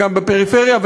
וגם בפריפריה,